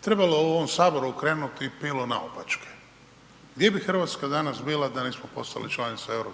trebalo u ovom Saboru okrenuti pilu naopačke. Gdje bi Hrvatska danas bila da nismo postali članica EU